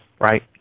right